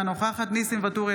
אינה נוכחת ניסים ואטורי,